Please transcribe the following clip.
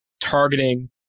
targeting